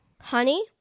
honey